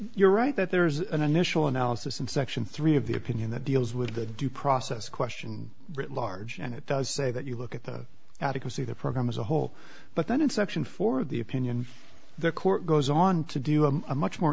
you're right that there's an initial analysis in section three of the opinion that deals with the due process question writ large and it does say that you look at the adequacy of the program as a whole but then in section four of the opinion the court goes on to do a much more